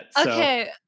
Okay